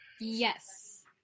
Yes